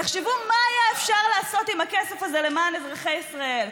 תחשבו מה היה אפשר לעשות עם הכסף הזה למען אזרחי ישראל.